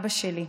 אבא שלי,